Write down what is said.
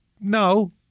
no